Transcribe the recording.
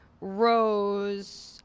rose